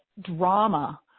drama